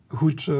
goed